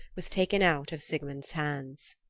was taken out of sigmund's hands.